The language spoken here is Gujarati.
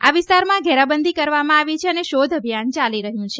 આ વિસ્તારમાં ઘેરાબંધી કરવામાં આવી છે અને શોધ અભિયાન ચાલી રહ્યું છે